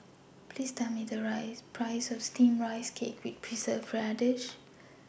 Tell Me The Price of Steamed Rice Cake with Preserved Radish